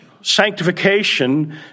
sanctification